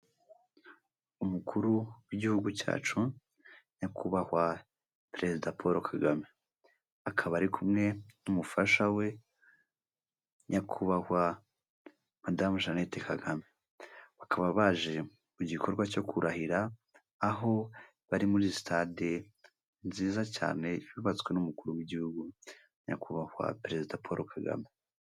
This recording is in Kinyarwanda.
Umukuru w'igihugu cyacu nyakubahwa perezida Paul Kagame akaba ari kumwe n'umufasha we nyakubahwa madamu Jeannette Kagame, bakaba baje mu gikorwa cyo kurahira aho bari muri sitade nziza cyane yubatswe n'umukuru w'igihugu nyakubahwa perezida Paul Kagame.